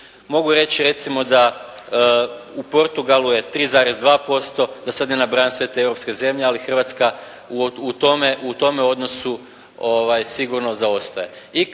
Mogu reći recimo da u Portugalu je 3,2%, da sada ne nabrajam sve te europske zemlje, ali Hrvatska u tome odnosu sigurno zaostaje.